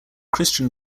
christian